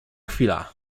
chwila